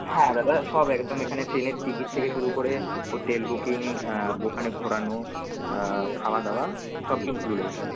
হ্যাঁ দাদা সব একদম এখানে ট্রেনের টিকিট থেকে শুরু করে হোটেল বুকিং ওখানে ঘোরানো খাওয়া দাওয়া সব ইনক্লুডেড দাদা